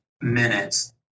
minutes